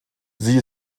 sie